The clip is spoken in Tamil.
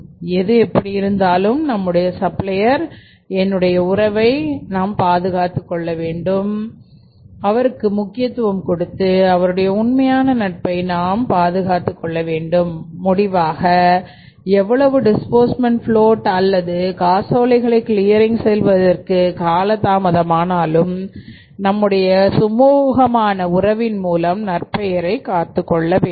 எது எப்படி இருந்தாலும் நம்முடைய சப்ளையர் என்னுடைய உறவை நாம் பாதுகாத்துக்கொள்ள வேண்டும் அவருக்கு முக்கியத்துவம் கொடுத்து அவருடைய உண்மையான நட்பை நாம் பாதுகாத்துக்கொள்ள வேண்டும் முடிவாக எவ்வளவு டிஸ்பூர்ஸ்மெண்ட் ஃப்ளோட் அல்லது காசோலைகளை கிளியரிங் செய்வதற்கு காலதாமதமானாலும் நம்முடைய சுமூகமான உறவின் மூலம் நற்பெயரை காத்துக்கொள்ள முடியும்